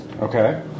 Okay